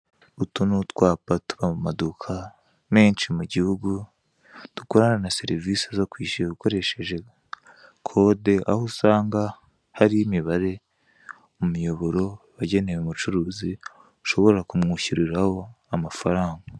Utu ni utwapa tuba mu maduka menshi mu gihugu dukorana na serivise zo kwishyura ukoresheje kode; aho usanga hariho imibare, umuyoboro wagenewe umucuruzi, ushobora kumwishyuriraho amafaranga.